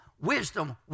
wisdom